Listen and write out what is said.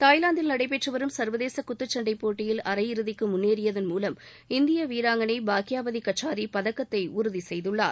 தாய்லாந்தில் நடைபெற்று வரும் சர்வதேச குத்துச்சண்டை போட்டியில் அரையிறுதிக்கு முன்னேறியதன் மூலம் இந்திய வீராங்கணை பாக்கியபதி கச்சாரி பதக்கத்தை உறுதி செய்துள்ளார்